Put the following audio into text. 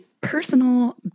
personal